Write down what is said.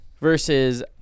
Versus